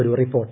ഒരു റിപ്പോർട്ട്